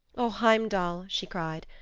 o heimdall, she cried,